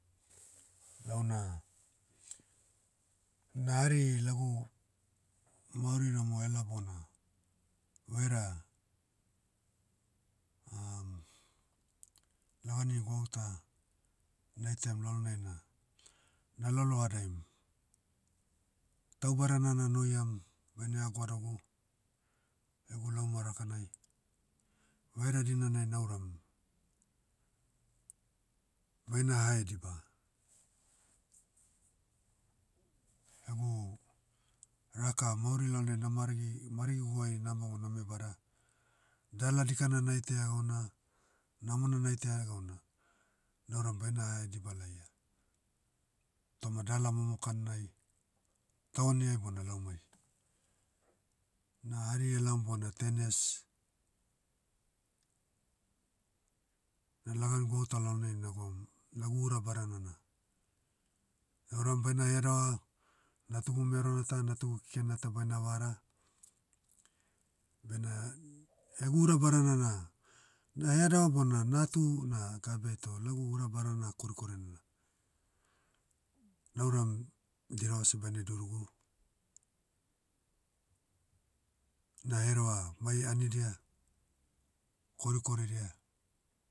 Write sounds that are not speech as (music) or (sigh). Launa, na hari lagu, mauri ramo ela bona, vaira, (hesitation) lagani gwauta, naitaiam lalonai na, na lalohadaim, tau badana nanoiam, baine hagoadagu, egu lauma rakanai, vaira dinanai nauram, baina hahediba, egu, raka mauri lalonai na maragi, maragiguai nama bon name bada. Dala dikana naitaia gauna, namona naitaia gauna, nauram baina hahediba laia. Toma dala momokan nai, tauani ai bona laumai. Na hari elaom bona ten years, na lagan gwauta lalonai nagwaum, lagu ura badana na, nauram baina headava, natugu merona ta natugu keken na ta baina vara, bena, egu ura badana na, na headava bona natu na gabe toh lagu ura badana korikorina na, nauram, dirava seh baine durugu. Na hereva mai anidia, korikoridia,